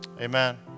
amen